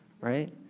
right